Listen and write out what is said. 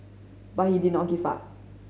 but he did not give up